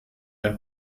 der